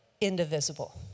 indivisible